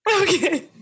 Okay